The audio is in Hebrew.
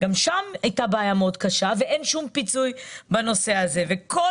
גם שם היתה בעיה מאוד קשה, ואין שום פיצוי.